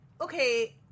okay